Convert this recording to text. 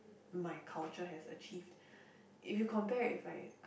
my culture has achieved if you compare with right